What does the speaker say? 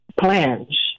plans